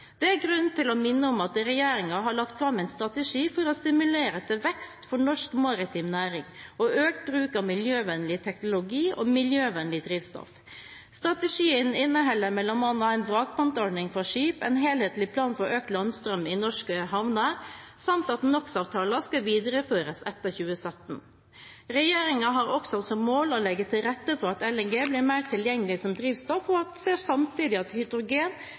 Det er grunn til å minne om at regjeringen har lagt fram en strategi for å stimulere til vekst for norsk maritim næring og økt bruk av miljøvennlig teknologi og miljøvennlig drivstoff. Strategien inneholder bl.a. en vrakpantordning for skip, en helhetlig plan for økt landstrøm i norske havner samt at NOX-avtalen skal videreføres etter 2017. Regjeringen har også som mål å legge til rette for at LNG blir mer tilgjengelig som drivstoff og ser samtidig at hydrogen